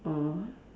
oh